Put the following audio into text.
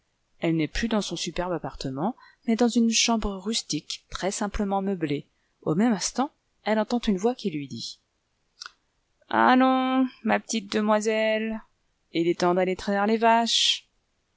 elle n'est plus dans son superbe appartement mais dans une chambre rustique très-simplement meublée au même instant elle entend une voix qui lui dit allons ma petite demoiselle il est temps d'aler traire les vaches